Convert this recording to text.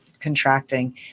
contracting